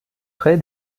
près